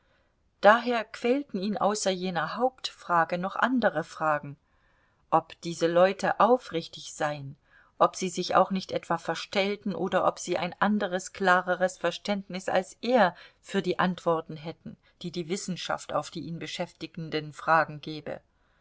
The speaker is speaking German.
daher quälten ihn außer jener hauptfrage noch andere fragen ob diese leute aufrichtig seien ob sie sich auch nicht etwa verstellten oder ob sie ein anderes klareres verständnis als er für die antworten hätten die die wissenschaft auf die ihn beschäftigenden fragen gebe